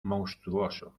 monstruoso